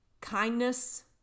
kindness